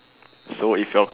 so if your